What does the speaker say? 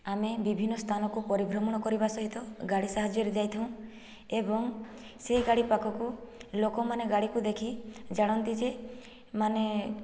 ଆମେ ବିଭିନ୍ନ ସ୍ଥାନକୁ ପରିଭ୍ରମଣ କରିବା ସହିତ ଗାଡ଼ି ସାହାଯ୍ୟରେ ଯାଇଥାଉ ଏବଂ ସେହି ଗାଡ଼ି ପାଖକୁ ଲୋକମାନେ ଗାଡ଼ିକୁ ଦେଖି ଜାଣନ୍ତି ଯେ ମାନେ